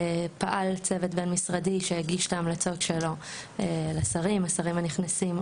צוות בין משרדי הגיש את ההמלצות שלו לשרים הנכנסים,